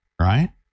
right